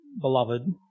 beloved